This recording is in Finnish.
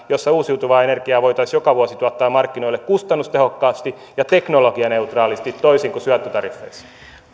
jossa uusiutuvaa energiaa voitaisiin joka vuosi tuottaa markkinoille kustannustehokkaasti ja teknologianeutraalisti toisin kuin syöttötariffeissa